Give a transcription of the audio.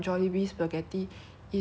tomato pasta spaghetti